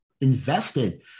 invested